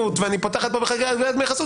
ואני פותחת פה בחקירה על גביית דמי חסות,